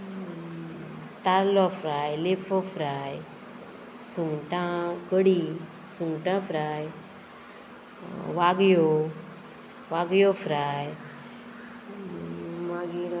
तारलो fry लेपो fry सुंगटां कडी सुंगटां फ्राय वागयो वागयो फ्राय मागीर